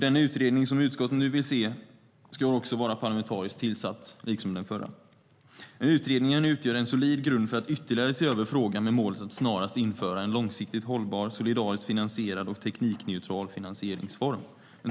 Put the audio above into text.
Den utredning som utskottet nu vill se ska också vara parlamentariskt tillsatt, precis som den förra. Utredningen utgör en solid grund för att ytterligare se över frågan med målet att snarast införa en långsiktigt hållbar, solidariskt finansierad och teknikneutral finansieringsform.